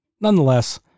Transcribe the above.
nonetheless